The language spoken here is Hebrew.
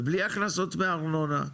ובלי הכנסות מארנונה,